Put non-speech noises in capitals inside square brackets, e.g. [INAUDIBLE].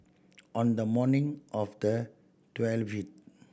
on the morning of the [UNINTELLIGIBLE]